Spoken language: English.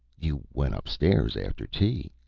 you went up-stairs after tea.